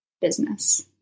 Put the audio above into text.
business